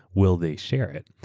will they share it?